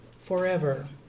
forever